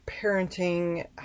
parenting